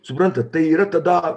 suprantat tai yra tada